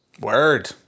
Word